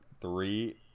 three